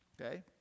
okay